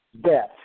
death